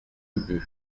ubu